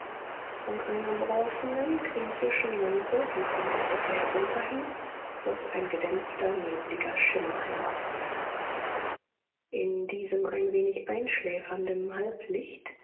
von einer bronzenen griechischen lampe die von der decke herunterhing floß ein gedämpfter nebliger schimmer herab in diesem ein wenig einschläfernden halblicht